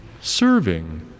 serving